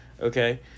Okay